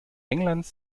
englands